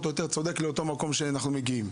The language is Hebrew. או יותר צודק מבחינת המקום שאנחנו מגיעים.